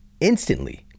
instantly